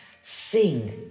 sing